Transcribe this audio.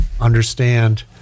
understand